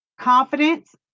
confidence